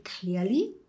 clearly